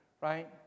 right